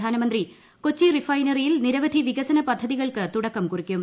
പ്രിധാനമന്ത്രി കൊച്ചി റിഫൈനറിയിൽ നിരവധി വികസന പദ്ധ്തികൾക്ക് തുടക്കം കുറിക്കും